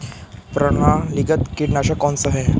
प्रणालीगत कीटनाशक कौन सा है?